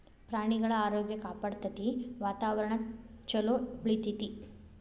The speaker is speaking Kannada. ಪ್ರಾಣಿಗಳ ಆರೋಗ್ಯ ಕಾಪಾಡತತಿ, ವಾತಾವರಣಾ ಚುಲೊ ಉಳಿತೆತಿ